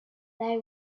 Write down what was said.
they